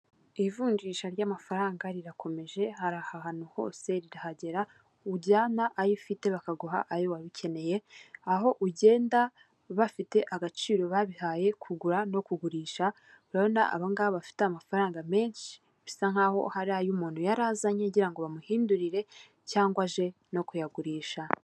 Ivunjisha ry'amafaranga rirakomeje hari aha hantu hose rirahagera, ujyana ayo ufite bakaguha ayo wari ukeneye aho ugenda bafite agaciro babihaye, kugura no kugurisha urabona abangaba bafite amafaranga mensh,i bisa nk'ahoa hari ay'umuntu yari azanye agira ngo bamuhindurire cyangwa aje no kuyagurisha.